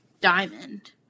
Diamond